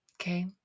Okay